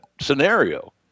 scenario